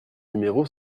numéro